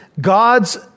God's